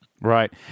Right